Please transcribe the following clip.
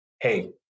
hey